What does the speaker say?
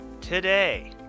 today